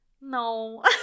No